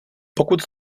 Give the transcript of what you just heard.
pokud